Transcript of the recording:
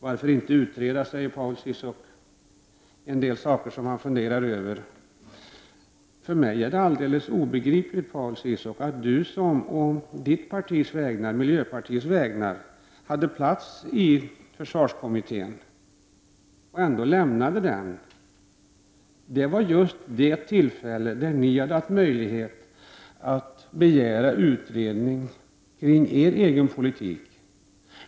Varför inte utreda, frågar Paul Ciszuk om en del saker han funderar över. För mig är det alldeles obegripligt att Paul Ciszuk, som å miljöpartiets vägnar hade plats i försvarskommittén, ändå lämnade denna. Just där hade det funnits tillfälle för miljöpartiet att begära en utredning kring sin egen politik.